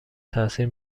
تاثیر